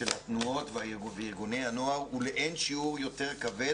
של התנועות וארגוני הנוער הוא לאין שיעור יותר כבד